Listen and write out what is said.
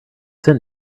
sent